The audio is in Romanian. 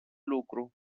lucru